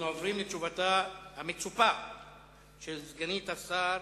אנחנו עוברים לתשובתה המצופה של סגנית השר